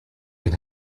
can